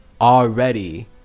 already